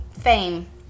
Fame